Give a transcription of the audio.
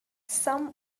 some